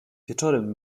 wieczorem